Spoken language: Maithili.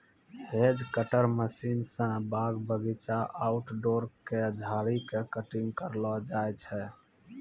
हेज कटर मशीन स बाग बगीचा, आउटडोर के झाड़ी के कटिंग करलो जाय छै